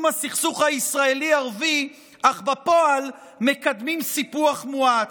הסכסוך הישראלי-ערבי אך בפועל מקדמים סיפוח מואץ,